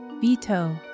veto